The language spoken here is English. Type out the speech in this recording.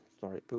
sorry